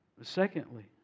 Secondly